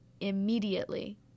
immediately